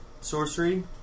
Sorcery